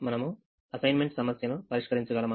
మనము అసైన్మెంట్ సమస్యను పరిష్కరించగలమా